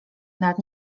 nad